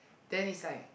then is like